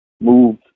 moved